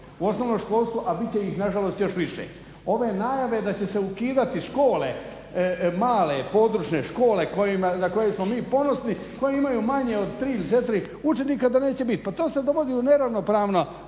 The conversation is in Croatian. u osnovnom školstvu, a bit će ih nažalost još više. Ove najave da će se ukidati škole male područne škole na koje smo mi ponosni, koje imaju manje od 3 ili 4 učenika da neće biti. Pa to se dovodi u neravnopravan